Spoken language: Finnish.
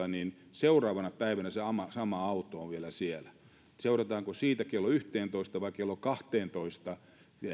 seuraavana päivänä se sama auto on vielä siellä seurataanko kello yhteentoista vai kello kahteentoista